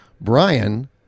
Brian